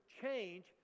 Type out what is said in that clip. change